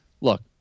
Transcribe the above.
look